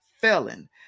felon